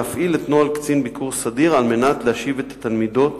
להפעיל את נוהל קצין ביקור סדיר על מנת להשיב את התלמידות